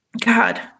God